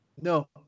No